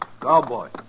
Cowboy